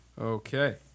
Okay